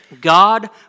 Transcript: God